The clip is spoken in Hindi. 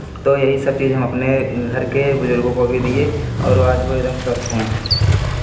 तो यही सब चीज़ हम अपने घर के बुज़ुर्गों को भी दिए और वो आज वो एकदम स्वस्थ हैं